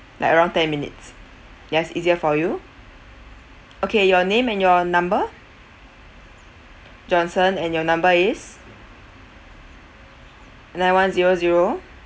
like around ten minutes yes easier for you okay your name and your number johnson and your number is nine one zero zero